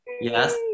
Yes